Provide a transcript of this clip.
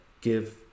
give